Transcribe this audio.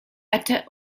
eta